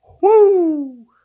Woo